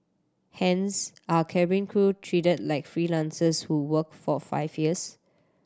hence are cabin crew treated like freelancers who work for five years